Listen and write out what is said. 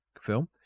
film